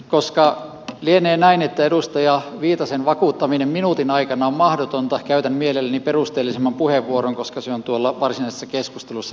koska lienee näin että edustaja viitasen vakuuttaminen minuutin aikana on mahdotonta käytän mielelläni perusteellisemman puheenvuoron koska se on tuolla varsinaisessa keskustelussa lähiaikoina tulossa